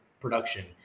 production